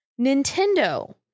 Nintendo